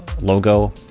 logo